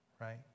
Right